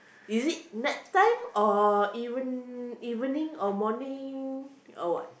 is it night time or eve~ evening or morning or what